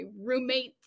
roommates